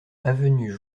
avenue